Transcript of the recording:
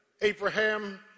Abraham